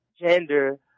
gender